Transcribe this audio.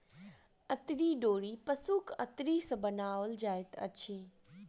अंतरी डोरी पशुक अंतरी सॅ बनाओल जाइत अछि